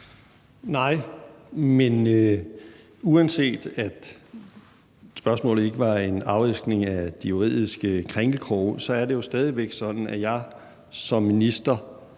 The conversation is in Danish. Nej, men uanset at spørgsmålet ikke var en afæskning af de juridiske krinkelkroge, er det jo stadig væk sådan, at jeg som minister